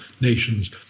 Nations